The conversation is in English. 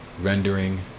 rendering